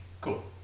cool